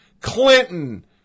Clinton